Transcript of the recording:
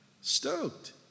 Stoked